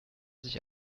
sich